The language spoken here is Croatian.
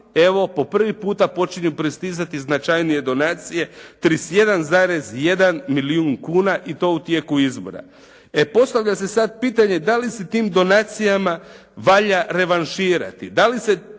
evo po prvi puta počinju pristizati značajnije donacije 31,1 milijun kuna i to u tijeku izbora. E postavlja se sada pitanje da li se tim donacijama valja revanširati, da li tim